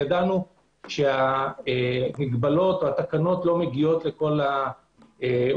ידענו שהמגבלות או התקנות לא מגיעות לכל האוכלוסייה.